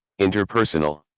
Interpersonal